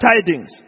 tidings